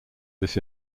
this